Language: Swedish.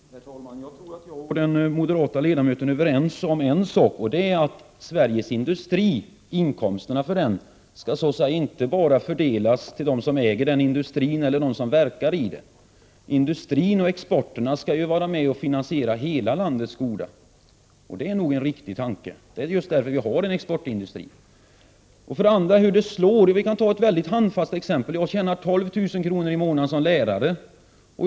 Herr talman! Jag tror att jag och den moderate ledamoten är överens om en sak, och det är att inkomsterna för Sveriges industri inte skall fördelas bara till dem som äger den industrin eller till dem som verkar i den — industrin och exporten skall ju vara med och finansiera hela landets goda. Det är nog en riktig tanke; det är därför vi har en exportindustri. Jag kan anföra ett handfast exempel på hur marginalskatterna slår. Jag tjänar som lärare 12 000 kr. i månaden.